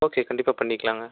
okay கண்டிப்பாக பண்ணிக்கலாங்க